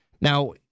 Now